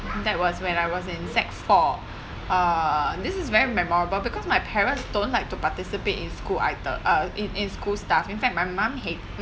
that was when I was in six four uh this is very memorable because my parents don't like to participate in school either in in school stuff in fact my mum hate